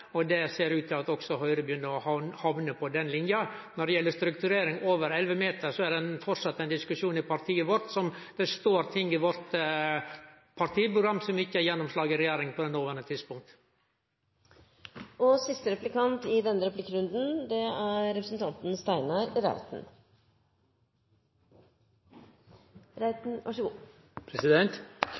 og det ser ut til at også Høgre begynner å hamne på den linja. Når det gjeld strukturering for fartøy over 11 meter, er det framleis ein diskusjon i partiet vårt. Det står ting i vårt partiprogram som ikkje har gjennomslag i regjeringa på det noverande tidspunktet. SV ønsker å framstå som et miljøparti. Det har de greid flere ganger når det gjelder hensynet til rent hav og fiskerinæringen i